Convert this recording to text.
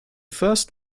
first